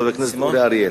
חבר הכנסת אורי אריאל.